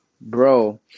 Bro